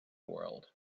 world